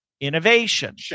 innovation